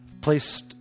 placed